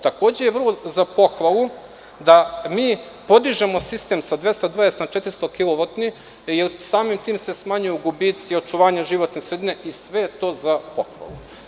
Takođe je vrlo za pohvalu da mi podižemo sistem sa 220 na 400 kilovati, jer samim tim se smanjuju gubici u očuvanju životne sredine i sve je to za pohvalu.